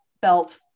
belt